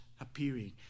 appearing